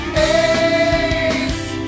Ace